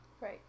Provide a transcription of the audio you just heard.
Right